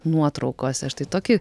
nuotraukose štai tokį